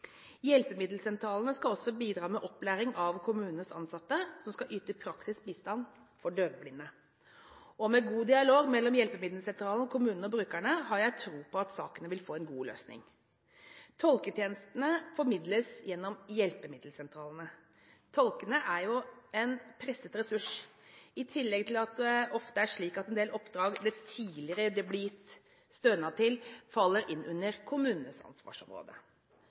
Hjelpemiddelsentralene skal også bidra med opplæring av kommunenes ansatte som skal yte praktisk bistand til døvblinde. Og med god dialog mellom hjelpemiddelsentralen, kommunen og brukerne har jeg tro på at sakene vil få en god løsning. Tolketjenestene formidles gjennom hjelpemiddelsentralene. Tolkene er en presset ressurs. I tillegg vil ofte en del oppdrag det tidligere ble gitt stønad til, falle inn under kommunenes ansvarsområde.